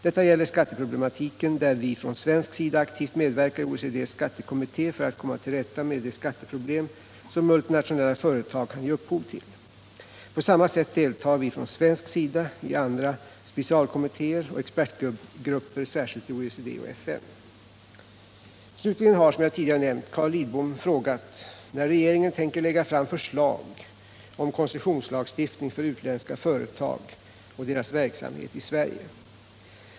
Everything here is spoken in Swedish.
Detta gäller skatteproblematiken, där vi från svensk sida aktivt medverkar i OECD:s skattekommitté för att komma till rätta med de skatteproblem som multinationella företag kan ge upphov till. På samma sätt deltar vi från svensk sida i andra specialkommittéer och expertgrupper, särskilt i OECD och FN. Slutligen har, som jag tidigare nämnt, Carl Lidbom frågat när regeringen tänker lägga fram förslag om koncessionslagstiftning för utländska företag och deras verksamhet i Sverige.